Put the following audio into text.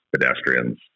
pedestrians